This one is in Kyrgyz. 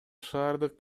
шаардык